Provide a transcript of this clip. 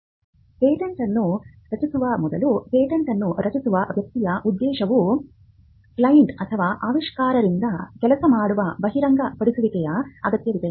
ಕೆಲಸದ ಬಹಿರಂಗಪಡಿಸುವಿಕೆಯನ್ನು ಪಡೆಯುವುದು ಪೇಟೆಂಟ್ ಅನ್ನು ರಚಿಸುವ ಮೊದಲು ಪೇಟೆಂಟ್ ಅನ್ನು ರಚಿಸುವ ವ್ಯಕ್ತಿಯ ಉದ್ದೇಶವು ಕ್ಲೈಂಟ್ ಅಥವಾ ಆವಿಷ್ಕಾರಕರಿಂದ ಕೆಲಸ ಮಾಡುವ ಬಹಿರಂಗಪಡಿಸುವಿಕೆಯ ಅಗತ್ಯವಿದೆ